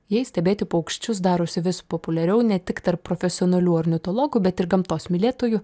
jei stebėti paukščius darosi vis populiariau ne tik tarp profesionalių ornitologų bet ir gamtos mylėtojų